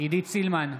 עידית סילמן,